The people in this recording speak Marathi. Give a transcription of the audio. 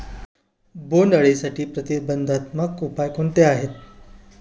बोंडअळीसाठी प्रतिबंधात्मक उपाय कोणते आहेत?